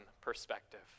perspective